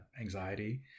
anxiety